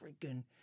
freaking